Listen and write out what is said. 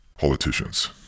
politicians